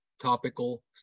topical